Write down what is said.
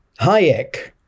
Hayek